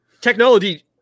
Technology